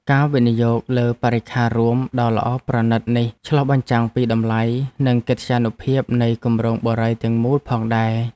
ការវិនិយោគលើបរិក្ខាររួមដ៏ល្អប្រណីតនេះឆ្លុះបញ្ចាំងពីតម្លៃនិងកិត្យានុភាពនៃគម្រោងបុរីទាំងមូលផងដែរ។